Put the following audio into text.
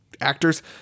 actors